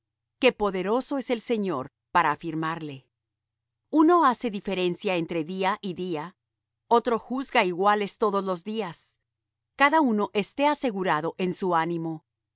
que poderoso es el señor para afirmarle uno hace diferencia entre día y día otro juzga iguales todos los días cada uno esté asegurado en su ánimo el